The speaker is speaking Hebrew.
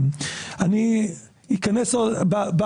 1970. (מקרין שקף,